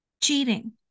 Cheating